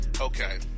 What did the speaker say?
Okay